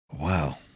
Wow